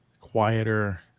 quieter